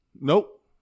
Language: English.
Nope